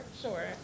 Sure